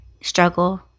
struggle